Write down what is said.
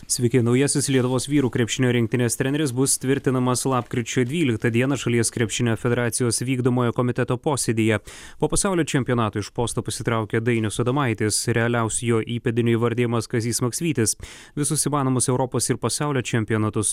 sveiki naujasis lietuvos vyrų krepšinio rinktinės treneris bus tvirtinamas lapkričio dvyliktą dieną šalies krepšinio federacijos vykdomojo komiteto posėdyje po pasaulio čempionato iš posto pasitraukė dainius adomaitis realiausiu jo įpėdiniu įvardijamas kazys maksvytis visus įmanomus europos ir pasaulio čempionatus